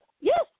Yes